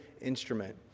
instrument